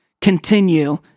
continue